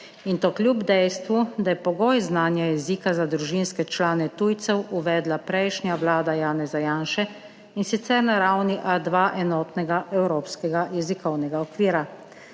in to kljub dejstvu, da je pogoj znanja jezika za družinske člane tujcev uvedla prejšnja vlada Janeza Janše, in sicer na ravni A2 enotnega evropskega jezikovnega okvira.